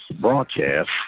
Broadcast